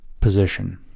position